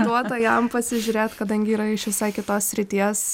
duota jam pasižiūrėt kadangi yra iš visai kitos srities